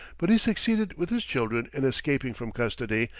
but he succeeded with his children in escaping from custody,